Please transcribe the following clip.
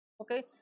okay